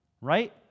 right